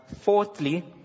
fourthly